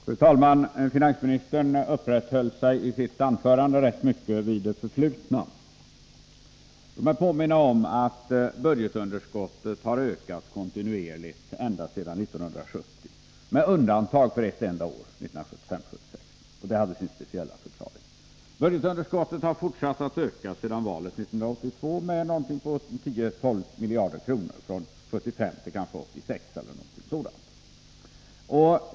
Fru talman! Finansministern uppehöll sig i sitt anförande rätt mycket vid det förflutna. Låt mig påminna om att budgetunderskottet har ökat kontinuerligt ända sedan 1970 med undantag för ett enda budgetår, 1975/76, och det har sin speciella förklaring. Budgetunderskottet har fortsatt att öka sedan valet 1982 med ca 10-12 miljarder kronor, från 75 till ca 86 miljarder kronor.